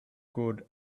good